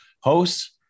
hosts